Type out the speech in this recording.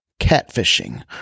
catfishing